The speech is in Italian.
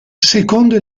secondo